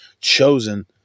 chosen